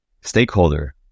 stakeholder